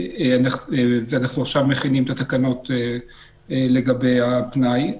ואנחנו עכשיו מכינים את התקנות לגבי הפנאי.